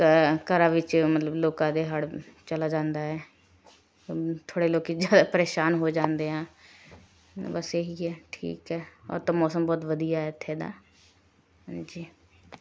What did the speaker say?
ਘ ਘਰਾਂ ਵਿੱਚ ਮਤਲਬ ਲੋਕਾਂ ਦੇ ਹੜ੍ਹ ਚਲਾ ਜਾਂਦਾ ਹੈ ਥੋੜ੍ਹੇ ਲੋਕ ਜ਼ਿਆਦਾ ਪ੍ਰੇਸ਼ਾਨ ਹੋ ਜਾਂਦੇ ਹੈ ਬਸ ਇਹੀ ਹੈ ਠੀਕ ਹੈ ਹੋਰ ਤਾਂ ਮੌਸਮ ਬਹੁਤ ਵਧੀਆ ਹੈ ਇੱਥੇ ਦਾ ਹਾਂਜੀ